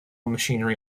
machinery